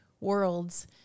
worlds